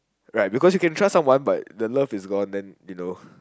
right because you can trust someone but the love is gone then you know